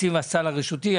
תקציב הסל הרשותי,